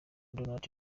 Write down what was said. donald